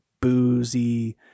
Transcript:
boozy